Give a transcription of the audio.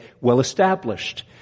well-established